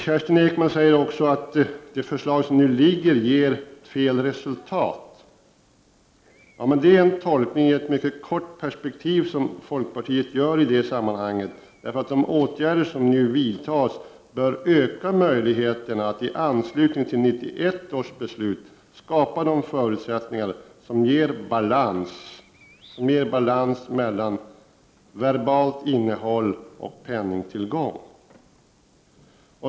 Kerstin Ekman säger att det förslag som nu ligger ger fel resultat. Det är en tolkning i ett mycket kort perspektiv som folkpartiet gör i det sammanhanget. De åtgärder som nu vidtas bör öka möjligheterna att i anslutning till 1991 års beslut skapa förutsättningar som ger balans mellan verbalt innehåll och penningtillgång.